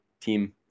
team